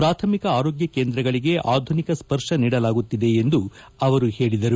ಪ್ರಾಥಮಿಕ ರೋಗ್ನ ಕೇಂದ್ರಗಳಿಗೆ ಆಧುನಿಕ ಸ್ಪರ್ತ ನೀಡಲಾಗುತ್ತಿದೆ ಎಂದು ಆವರು ಹೇದರು